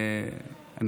אבל נתתם לה את האפשרות?